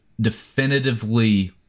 definitively